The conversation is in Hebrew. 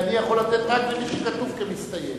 אני יכול לתת רק למי שכתוב כמסתייג.